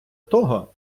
того